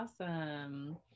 Awesome